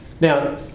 Now